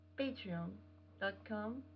Patreon.com